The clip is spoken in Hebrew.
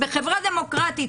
בחברה דמוקרטית,